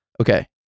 Okay